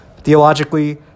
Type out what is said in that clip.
Theologically